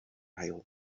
ail